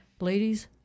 ladies